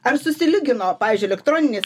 ar susilygino pavyzdžiui elektroninis